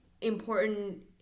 important